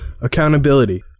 accountability